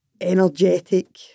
energetic